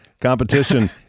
competition